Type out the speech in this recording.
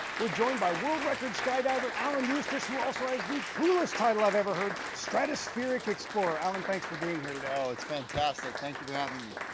we're joined by world record skydiver alan eustace, who, also, has the coolest title i've ever heard, stratospheric explorer. alan, thanks for being here today. oh, it's fantastic, thank you for having me.